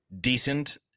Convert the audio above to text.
decent